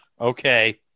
Okay